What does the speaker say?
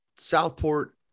Southport